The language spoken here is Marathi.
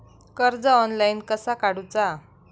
कर्ज ऑनलाइन कसा काडूचा?